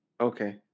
okay